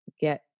get